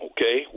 Okay